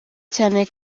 cyane